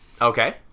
Okay